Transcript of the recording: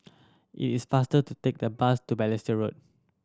it is faster to take the bus to Balestier Road